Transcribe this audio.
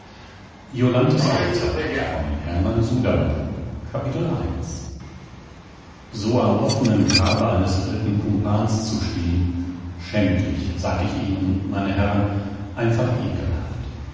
i so am offenen grabe eines alten kumpans zu stehen schändlich sag ich ihnen meine herren einfach